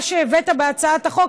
מה שהבאת בהצעת החוק,